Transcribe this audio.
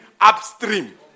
upstream